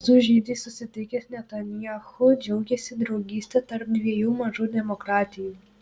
su žydais susitikęs netanyahu džiaugėsi draugyste tarp dviejų mažų demokratijų